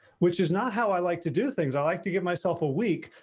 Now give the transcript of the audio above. which is not how i like to do things. i like to get myself a week,